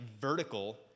vertical